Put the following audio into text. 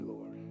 Lord